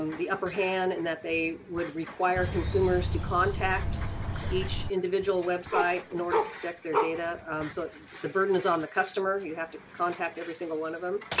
um the upper hand and that they would require consumers to contact each individual website in order to protect their data. so the burden is on the customer, you have to contact every single one of them,